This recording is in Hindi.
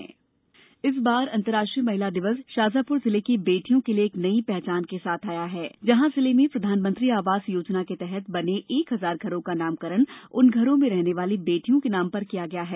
बेटियों के नाम घर इस बार अंतराष्ट्रीय महिला दिवस शाजापुर जिले की बेटियों के लिए एक नई पहचान के साथ आया है जहाँ जिले में प्रधानमंत्री आवास योजना के तहत बने एक हजार घरों का नामकरण उन घरों में रहने वाली बेटियों के नाम पर किया गया है